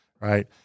right